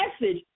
message